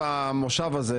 במושב הזה,